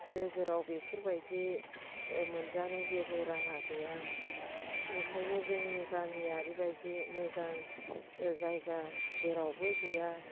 नोगोराव बेफोरबायदि मोनजानो जेबो राहा गैया ओंखायनो जोंनि गामियारि बायदि मोजां जायगा जेरावबो गैया